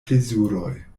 plezuroj